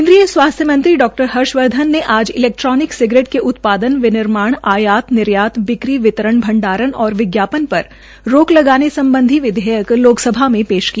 केन्द्रीय स्वास्थ्य मंत्री डा हर्षवर्धन ने आज इलैक्ट्रोनिक सिगरेट के उत्पादन निनिर्माण आयात निर्यात बिक्री वितरण भंडारण और विज्ञापन पर रोक लगाने सम्बधी विधेयक लोकसभा में पेश किया